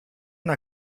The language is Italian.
una